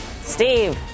Steve